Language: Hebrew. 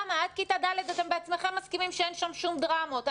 עד כיתה ד' אתם בעצמכם מסכימים שאין שם שום דרמות.